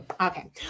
Okay